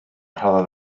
rhoddodd